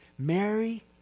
Mary